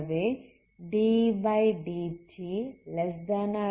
minus sign இருக்கிறது